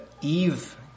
Eve